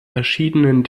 verschiedenen